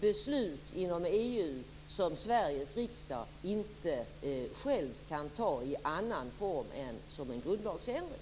beslut inom EU som Sveriges riksdag inte kan genomföra annat än som en grundlagsändring.